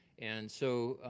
and so